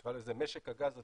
נקרא לזה משק הגז הטבעי,